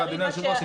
אדוני היושב-ראש,